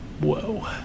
whoa